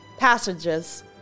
Passages